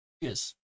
Yes